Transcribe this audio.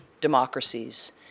democracies